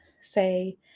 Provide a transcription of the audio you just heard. say